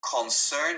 concern